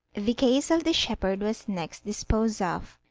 the case of the shepherd was next disposed of.